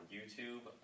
YouTube